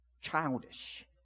childish